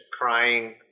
crying